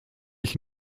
ich